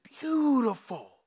beautiful